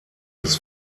des